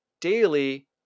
Daily